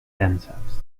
themselves